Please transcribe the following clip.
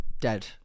Dead